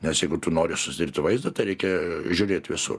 nes jeigu tu nori susidaryti vaizdą reikia žiūrėt visur